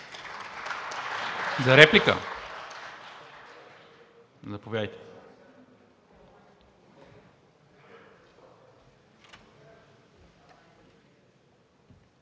За реплика – заповядайте.